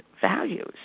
values